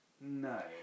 No